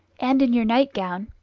and in your night-gown,